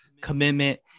commitment